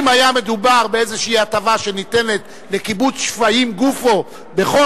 אם היה מדובר באיזושהי הטבה שניתנת לקיבוץ שפיים גופו בחוק,